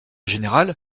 général